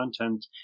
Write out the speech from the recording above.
content